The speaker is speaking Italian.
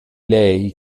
lei